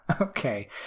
Okay